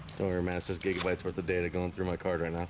don't masses gigabytes worth of data going through my card right now.